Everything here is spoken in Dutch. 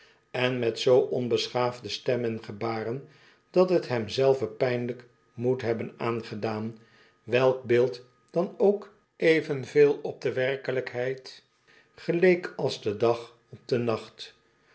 en met zoo onbeschaafde stem en gebaren dat het hem zelven pijnlijk moet hebben aangedaan welk beeld dan ook evenveel op de werkelijkheid geleek als de dag op den nacht